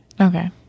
Okay